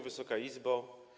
Wysoka Izbo!